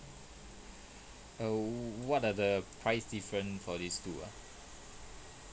what are the price different for these two ah